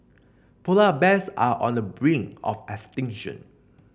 polar bears are on the brink of extinction